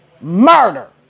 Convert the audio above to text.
Murder